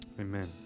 Amen